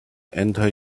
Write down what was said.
entire